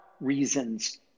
reasons